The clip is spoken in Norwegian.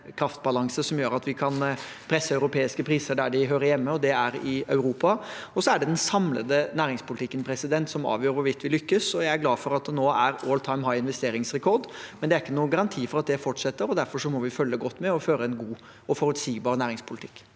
kraftbalanse som gjør at vi kan presse europeiske priser dit de hører hjemme, og det er i Europa. Så er det den samlede næringspolitikken som avgjør hvorvidt vi lykkes, og jeg er glad for at det nå er «all time high» investeringsrekord, men det er ikke noen garanti for at det fortsetter. Derfor må vi følge godt med og føre en god og forutsigbar næringspolitikk.